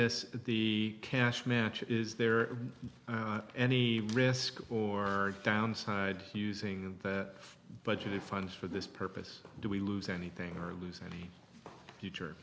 this the cash match is there any risk or downside to using that budgeted funds for this purpose do we lose anything or lose any future